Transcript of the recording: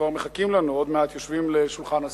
כבר מחכים לנו, עוד מעט יושבים לשולחן הסדר.